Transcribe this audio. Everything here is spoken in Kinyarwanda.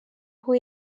aho